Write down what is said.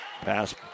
Pass